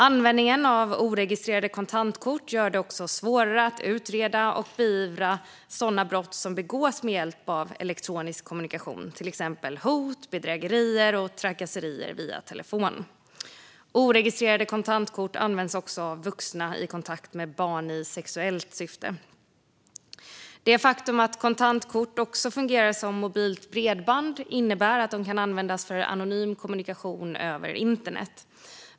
Användningen av oregistrerade kontantkort gör det också svårare att utreda och beivra sådana brott som begås med hjälp av elektronisk kommunikation, till exempel hot, bedrägerier och trakasserier via telefon. Oregistrerade kontantkort används också av vuxna i kontakt med barn i sexuellt syfte. Det faktum att kontantkort också fungerar som mobilt bredband innebär att de kan användas för anonym kommunikation över internet.